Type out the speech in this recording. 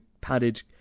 padded